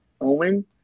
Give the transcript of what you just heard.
Owen